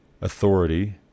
authority